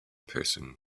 person